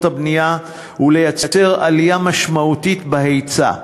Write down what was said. הבנייה ולייצר עלייה משמעותית בהיצע.